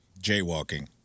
jaywalking